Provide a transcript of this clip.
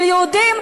של יהודים,